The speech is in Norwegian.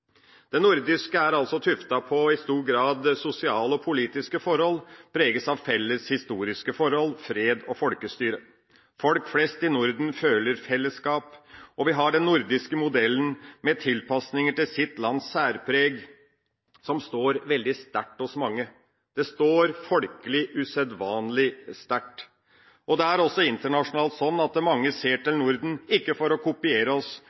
altså i stor grad er tuftet på sosiale og politiske forhold, preges av felles historiske forhold, fred og folkestyre. Folk flest i Norden føler et fellesskap, og vi har den nordiske modellen, med tilpasninger til sitt lands særpreg, som står veldig sterkt hos mange. Det står, folkelig sett, usedvanlig sterkt. Det er også internasjonalt slik at mange ser til Norden, ikke for å kopiere oss,